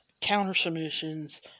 counter-submissions